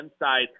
inside